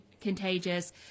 contagious